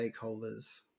stakeholders